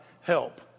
help